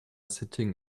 sitting